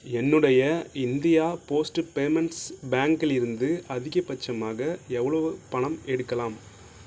என்னுடைய India Post Payments பேங்க்கில் இருந்து அதிகபட்சமாக எவ்வளவு பணம் எடுக்கலாம்